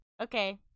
Okay